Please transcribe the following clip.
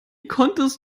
konntest